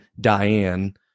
Diane